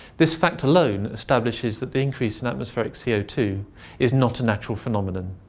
this fact alone establishes that the increase in atmospheric c o two is not a natural phenomenon.